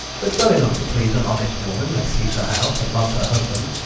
but well enough to please an honest woman, that keeps her house, and loves her husband.